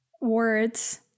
words